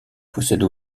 possède